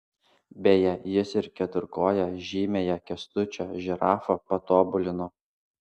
beje jis ir keturkoję žymiąją kęstučio žirafą patobulino